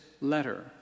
letter